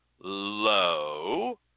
low